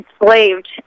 enslaved